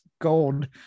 gold